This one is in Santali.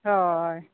ᱦᱳᱭ